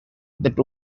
that